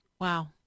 Wow